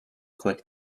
click